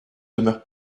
demeure